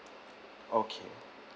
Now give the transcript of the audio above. okay